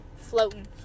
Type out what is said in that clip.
floating